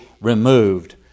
removed